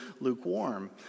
lukewarm